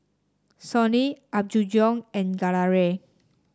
Sony Apgujeong and Gelare